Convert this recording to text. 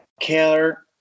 care